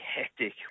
hectic